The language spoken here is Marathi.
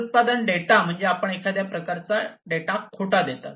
तर उत्पादन डेटा म्हणजे आपण एखाद्या प्रकारचा डेटा खोटा देता